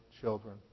children